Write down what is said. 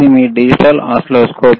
ఇది మీ digital oscilloscope